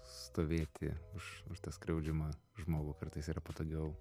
stovėti už už tą skriaudžiamą žmogų kartais yra patogiau